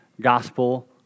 gospel